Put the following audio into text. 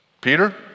Peter